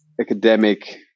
academic